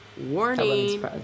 Warning